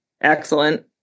Excellent